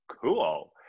cool